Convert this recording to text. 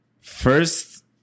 First